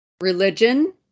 religion